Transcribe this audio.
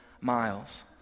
miles